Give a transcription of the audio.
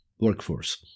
workforce